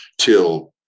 till